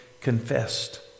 confessed